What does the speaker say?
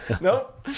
nope